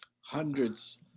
Hundreds